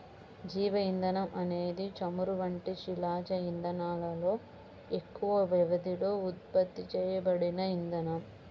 జీవ ఇంధనం అనేది చమురు వంటి శిలాజ ఇంధనాలలో తక్కువ వ్యవధిలో ఉత్పత్తి చేయబడిన ఇంధనం